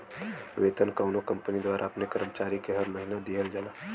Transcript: वेतन कउनो कंपनी द्वारा अपने कर्मचारी के हर महीना दिहल जाला